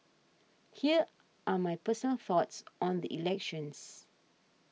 here are my personal thoughts on the elections